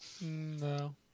No